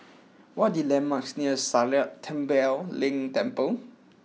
what the landmarks near Sakya Tenphel Ling Temple